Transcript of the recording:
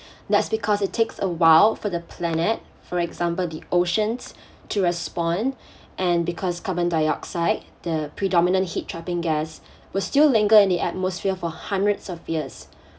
that's because it takes a while for the planet for example the oceans to respond and because carbon dioxide the predominant heat trapping gas will still linger in the atmosphere for hundreds of years